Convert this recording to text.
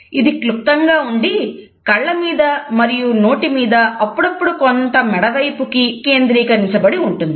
ఇది క్లుప్తంగా ఉండి కళ్ళ మీద మరియు నోటి మీద అప్పుడప్పుడు కొంచెం మెడ వైపుకి కేంద్రీకరించబడి ఉంటుంది